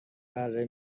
بره